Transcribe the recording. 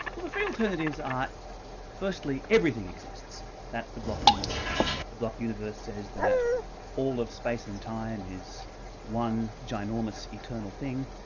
well the three alternatives are firstly, everything exists that's the block universe view, the block universe says that all of space and time is one ginormous, eternal thing,